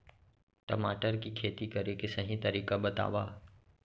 टमाटर की खेती करे के सही तरीका बतावा?